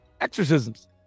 exorcisms